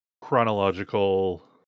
chronological